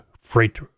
freight